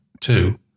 two